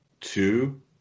two